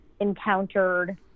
encountered